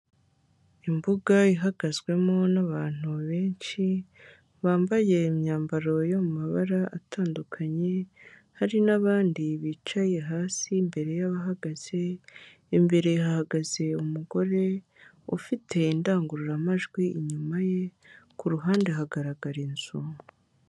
Imbuga ihagazwemo n'abantu benshi bambaye imyambaro y'amabara atandukanye hari nabandi bicaye hasi imbere y'abahagaze imbere hahagaze umugore ufite indangururamajwi inyuma ye kuruhande hagaragara inzu.